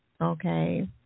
Okay